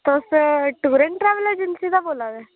तुस tour and travel agency दा बोल्ला दे